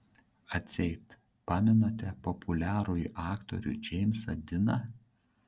atseit pamenate populiarųjį aktorių džeimsą diną